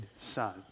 son